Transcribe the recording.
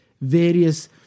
various